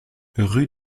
rue